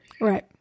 Right